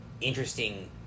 interesting